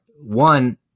One